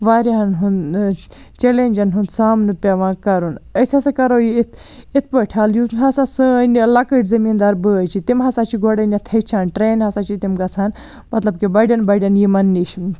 واریاہن ہُنٛد چَلینجن ہُنٛد سامنہٕ پیٚوان کرُن أسۍ ہَسا کرو یہِ یتھ یتھ پٲٹھۍ حل یُتھ ہَسا سٲنۍ لۄکٕٹۍ زٔمین دار بٲے چھِ تِم ہَسا چھِ گۄڈٕنیٚتھ ہیٚچھان ٹرینہِ ہَسا چھِ تِم گَژھان مطلب کہ بڑٮ۪ن بڑٮ۪ن یِمن نِش